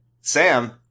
Sam